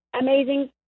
amazing